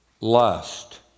lust